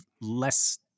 less